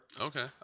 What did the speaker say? Okay